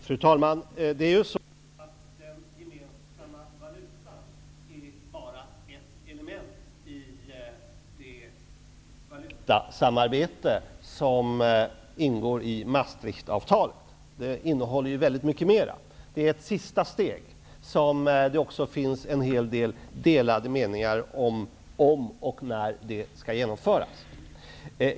Fru talman! Den gemensamma valutan är bara ett element i det valutasamarbete som ingår i Maastrichtavtalet. Det innehåller ju väldigt mycket mer. Den gemensamma valutan är ett sista steg, och det finns en hel del skilda meningar om och när det steget skall genomföras.